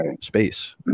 space